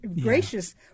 gracious